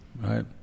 right